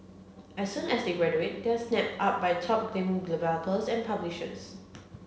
as soon as they graduate they are snapped up by top game developers and publishers